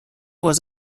was